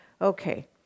Okay